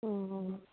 অঁ